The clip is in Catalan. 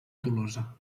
tolosa